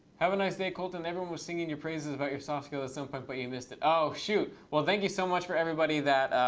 have a nice day, colton. everyone was singing your praises about your soft skill at some point, but you missed it. oh, shoot. well, thank you so much for everybody that